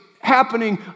happening